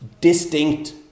Distinct